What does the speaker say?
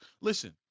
Listen